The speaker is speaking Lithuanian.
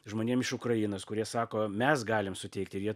žmonėm iš ukrainos kurie sako mes galim suteikt ir jie